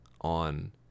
On